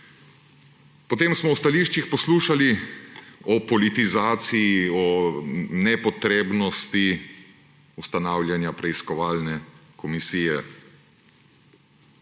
Potem smo v stališčih poslušali o politizaciji, o nepotrebnosti ustanavljanja preiskovalne komisije.